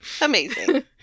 amazing